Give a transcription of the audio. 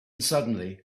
suddenly